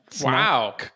Wow